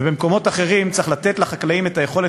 ובמקומות אחרים צריך לתת לחקלאים את היכולת